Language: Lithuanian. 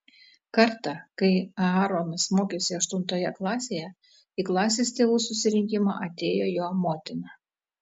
kartą kai aaronas mokėsi aštuntoje klasėje į klasės tėvų susirinkimą atėjo jo motina